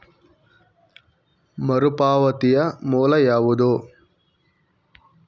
ಮರುಪಾವತಿಯ ಮೂಲ ಯಾವುದು?